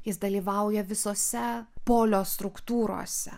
jis dalyvauja visose polio struktūrose